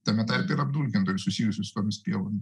tame tarpe ir apdulkintojų susijusių su tomis pievomis